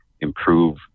improve